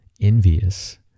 envious